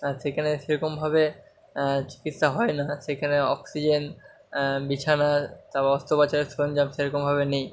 সেখানে সেরকমভাবে চিকিৎসা হয় না সেইখানে অক্সিজেন বিছানা অস্ত্রোপচারের সরঞ্জাম সেরকমভাবে নেই